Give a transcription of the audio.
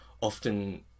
often